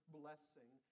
blessing